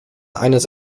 eines